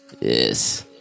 Yes